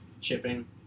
chipping